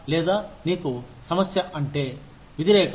లేదా నీకు సమస్య అంటే విధిరేఖలో